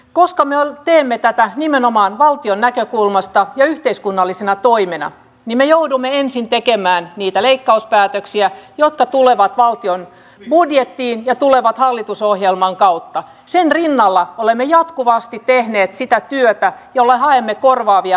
koska me teemme tätä nimenomaan valtion näkökulmasta ja yhteiskunnallisena toimena minne joudumme ensin tekemään niitä leikkauspäätöksiä jotka tulevat valtion budjettiin ja tulevat hallitusohjelman kautta sin rinnalla olemme jatkuvasti tehneet sitä työtä jolla haimme korvaavia